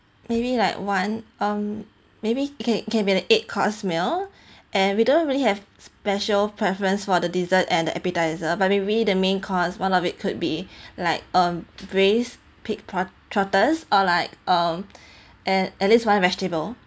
maybe like one um maybe can can be like eight course meal and we don't really have special preference for the dessert and the appetizer but maybe the main course one of it could be like um braised pig trotters or like um and at least one vegetable